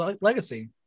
legacy